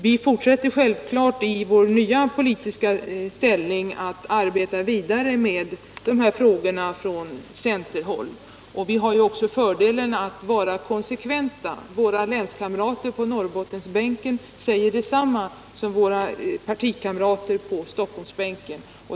Vi fortsätter självfallet i vår nya politiska ställning att arbeta vidare med dessa frågor från centerhåll. Vi har också fördelen att vara konsekventa. Våra partikamrater på Norrbottensbänken säger detsamma som våra partikamrater på Stockholmsbänken.